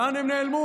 לאן הם נעלמו?